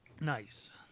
nice